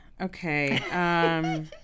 Okay